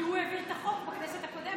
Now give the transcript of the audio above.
כי הוא העביר את החוק בכנסת הקודמת,